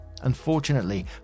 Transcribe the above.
unfortunately